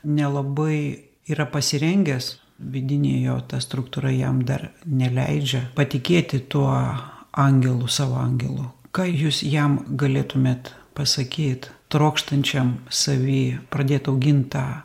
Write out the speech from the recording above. nelabai yra pasirengęs vidinė jo ta struktūra jam dar neleidžia patikėti tuo angelu savo angelu ką jūs jam galėtumėt pasakyt trokštančiam savy pradėt augint tą